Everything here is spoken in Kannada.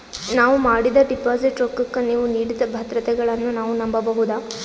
ನಾವು ಮಾಡಿದ ಡಿಪಾಜಿಟ್ ರೊಕ್ಕಕ್ಕ ನೀವು ನೀಡಿದ ಭದ್ರತೆಗಳನ್ನು ನಾವು ನಂಬಬಹುದಾ?